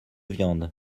viande